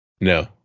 No